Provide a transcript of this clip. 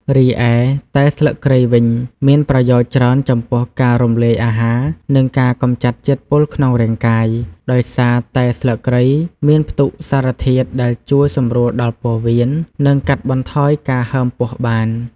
រីឯតែស្លឹកគ្រៃវិញមានប្រយោជន៍ច្រើនចំពោះការរំលាយអាហារ និងការកម្ចាត់ជាតិពុលក្នុងរាងកាយ ដោយសារតែស្លឹកគ្រៃមានផ្ទុកសារធាតុដែលជួយសម្រួលដល់ពោះវៀន និងកាត់បន្ថយការហើមពោះបាន។